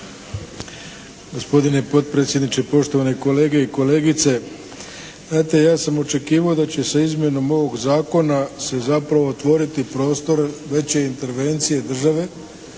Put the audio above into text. Gospodine potpredsjedniče, poštovane kolege i kolegice. Znate, ja sam očekivao da će se izmjenom ovog zakona se zapravo otvoriti prostor veće intervencije države